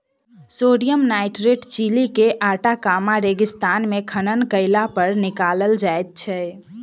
sodium nitrate Chile के Atacama रेगिस्तान मे खनन कयलापर निकालल जाइत छै